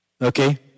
Okay